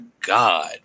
God